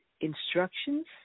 instructions